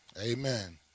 Amen